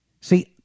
See